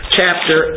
chapter